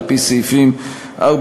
על-פי הסעיפים 4,